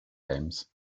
games